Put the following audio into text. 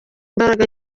imbaraga